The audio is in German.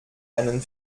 einen